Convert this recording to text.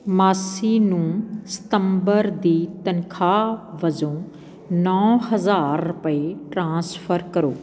ਮਾਸੀ ਨੂੰ ਸਤੰਬਰ ਦੀ ਤਨਖਾਹ ਵਜੋਂ ਨੋ ਹਜ਼ਾਰ ਰੁਪਏ ਟ੍ਰਾਂਸਫਰ ਕਰੋ